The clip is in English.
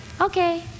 Okay